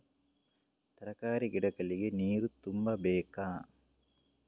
ತರಕಾರಿ ಗಿಡಗಳಿಗೆ ನೀರು ತುಂಬಬೇಕಾ?